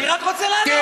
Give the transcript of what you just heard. אני רק רוצה לענות.